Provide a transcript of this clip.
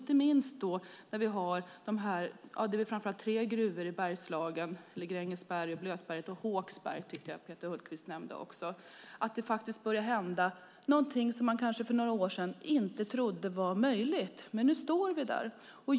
Det är framför allt tre gruvor i Bergslagen - Grängesberg, Blötberget och Håksberg som Peter Hultqvist nämnde - där det börjar hända någonting som man för några år sedan inte trodde var möjligt. Nu står vi där.